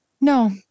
No